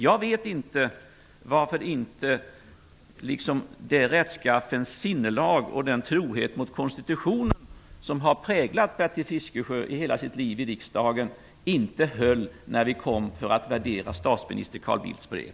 Jag vet inte varför inte det rättskaffens sinnelag och den trohet mot konstitutionen som har präglat Bertil Fiskesjö under hela hans tid i riksdagen inte höll i sig när det blev aktuellt att värdera Carl Bildts brev.